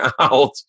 out